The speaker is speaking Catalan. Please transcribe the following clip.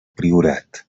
priorat